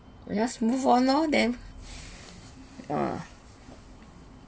we just move on lor then uh